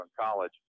college